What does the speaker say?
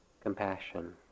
compassion